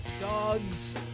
dogs